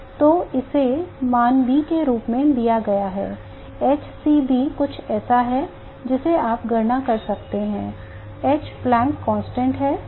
तो इसे B मान के रूप में दिया गया है h c B कुछ ऐसा है जिसे आप गणना कर सकते हैं h प्लैंक नियतांक है c प्रकाश की गति है